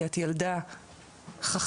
כי את ילדה חכמה,